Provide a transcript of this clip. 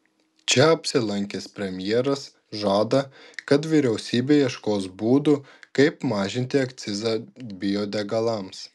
čia apsilankęs premjeras žada kad vyriausybė ieškos būdų kaip mažinti akcizą biodegalams